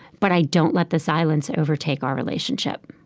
but i don't let the silence overtake our relationship